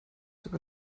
über